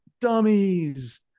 dummies